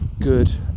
good